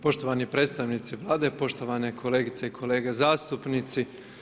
Poštovani predstavnici Vlade, poštovane kolegice i kolege zastupnici.